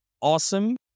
awesome